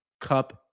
Cup